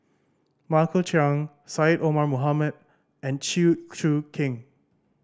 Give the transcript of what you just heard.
Michael Chiang Syed Omar Mohamed and Chew Choo Keng